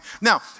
Now